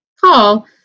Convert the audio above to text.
call